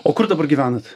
o kur dabar gyvenat